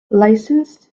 licensed